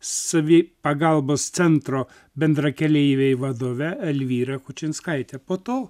savi pagalbos centro bendrakeleiviai vadove elvyra kučinskaitė po to